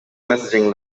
messaging